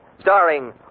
starring